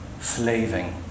slaving